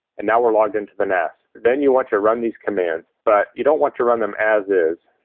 and now we're logged into the nas then you want to run these commands, but you don't want to run them as is